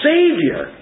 Savior